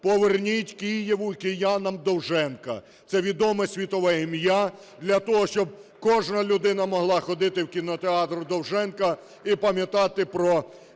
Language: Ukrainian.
Поверніть Києву і киянам Довженка – це відоме світове ім'я, для того, щоб кожна людина могла ходити в кінотеатр Довженка і пам'ятати про